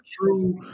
true